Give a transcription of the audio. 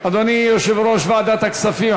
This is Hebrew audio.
אדוני יושב-ראש ועדת הכספים,